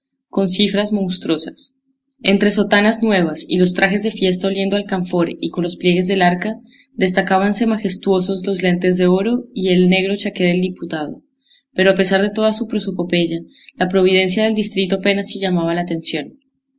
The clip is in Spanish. con cifras monstruosas entre las sotanas nuevas y los trajes de fiesta oliendo a alcanfor y con los pliegues del arca destacábanse majestuosos los lentes de oro y el negro chaqué del diputado pero a pesar de toda su prosopopeya la providencia del distrito apenas si llamaba la atención